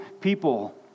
people